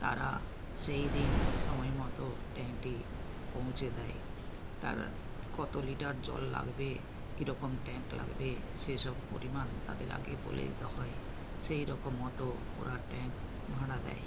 তারা সেই দিন সময় মতো ট্যাঙ্কটি পৌঁছে দেয় তারা কতো লিটার জল লাগবে কীরকম ট্যাঙ্ক লাগবে সেসব পরিমাণ তাদের আগে বলে দিতে হয় সেই রকম মতো ওরা ট্যাঙ্ক ভাড়া দেয়